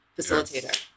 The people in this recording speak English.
facilitator